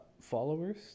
followers